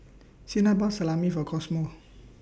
Cena bought Salami For Cosmo